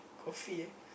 coffee eh